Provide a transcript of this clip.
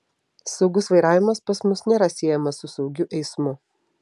saugus vairavimas pas mus nėra siejamas su saugiu eismu